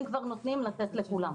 אם כבר נותנים לתת לכולם.